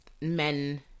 men